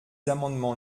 amendements